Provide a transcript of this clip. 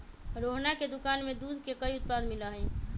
रोहना के दुकान में दूध के कई उत्पाद मिला हई